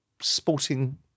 sporting